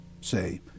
say